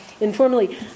informally